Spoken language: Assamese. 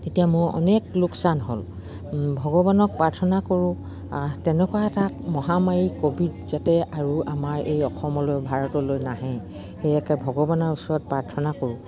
তেতিয়া মোৰ অনেক লোকচান হ'ল ভগৱানক প্ৰাৰ্থনা কৰোঁ তেনেকুৱা এটা মহামাৰী ক'ভিড যাতে আৰু আমাৰ এই অসমলৈ ভাৰতলৈ নাহে সেয়াকে ভগৱানৰ ওচৰত প্ৰাৰ্থনা কৰোঁ